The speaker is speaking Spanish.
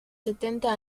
setenta